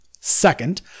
Second